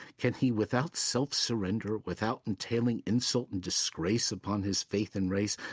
can he without self-surrender, without entailing insult and disgrace upon his faith and race,